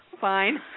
fine